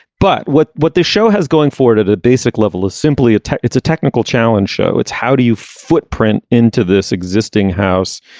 but what what this show has going forward at a basic level is simply it's a technical challenge show it's how do you footprint into this existing house.